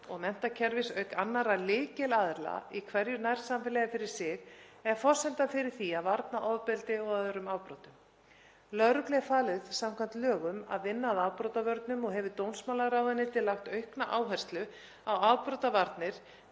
og menntakerfis, auk annarra lykilaðila í hverju nærsamfélagi fyrir sig er forsenda fyrir því að varna ofbeldi og öðrum afbrotum. Lögreglu er falið samkvæmt lögum að vinna að afbrotavörnum og hefur dómsmálaráðuneytið lagt aukna áherslu á afbrotavarnir,